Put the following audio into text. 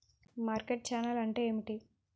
Market channel అంటే ఏమిటి?